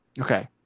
Okay